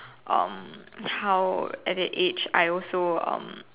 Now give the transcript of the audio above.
um how at that age I also um